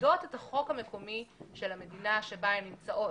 מכבדות את החוק המקומי של המדינה שבה הן נמצאות.